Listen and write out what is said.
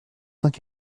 cinq